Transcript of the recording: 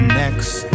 next